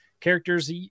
characters